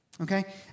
okay